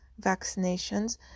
vaccinations